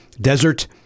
desert